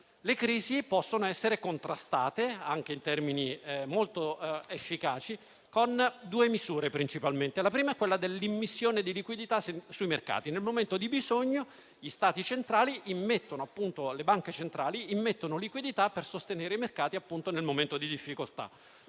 Le crisi possono essere contrastate, anche in termini molto efficaci, con due misure principalmente. La prima è quella dell'immissione di liquidità sui mercati: nel momento di bisogno, le banche centrali immettono liquidità per sostenere i mercati in difficoltà.